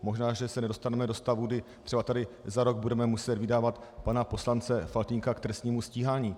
Možná že se nedostaneme do stavu, kdy třeba tady za rok budeme muset vydávat pana poslance Faltýnka k trestnímu stíhání.